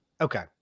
Okay